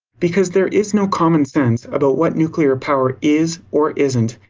because there is no common sense about what nuclear power is or isn't.